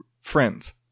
friends